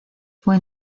fue